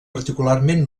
particularment